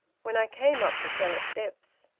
when i came up the cellar steps.